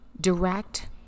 direct